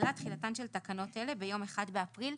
תחילת תחילתן של תקנות אלה ביום 1 באפריל.